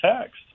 text